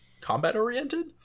combat-oriented